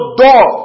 door